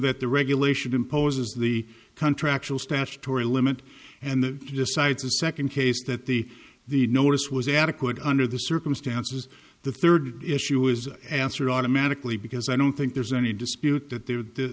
that the regulation imposes the country actual statutory limit and the decides the second case that the the notice was adequate under the circumstances the third issue is answered automatically because i don't think there's any dispute that the